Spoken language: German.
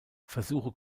versuche